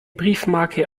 briefmarke